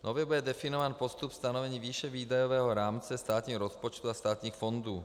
Nově bude také definován postup stanovení výše výdajového rámce státního rozpočtu a státních fondů.